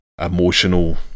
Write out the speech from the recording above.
emotional